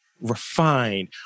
refined